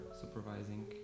supervising